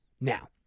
Now